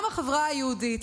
גם החברה היהודית,